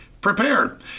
prepared